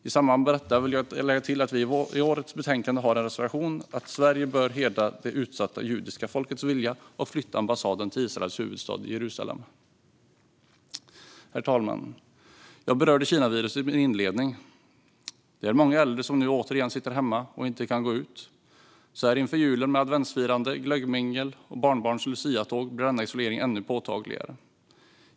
I samband med detta vill jag lägga till att vi i årets betänkande har en reservation om att Sverige bör hedra det utsatta judiska folkets vilja och flytta ambassaden till Israels huvudstad, Jerusalem. Herr talman! Jag berörde Kinaviruset i min inledning. Det är många äldre som nu återigen sitter hemma och inte kan gå ut. Så här inför julen med adventsfirande, glöggmingel och barnbarns luciatåg blir denna isolering ännu påtagligare.